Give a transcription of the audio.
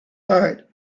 heart